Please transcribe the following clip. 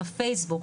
בפייסבוק,